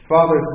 Father